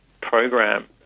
program